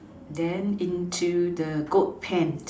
then into the goat pant